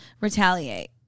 retaliate